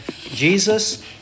Jesus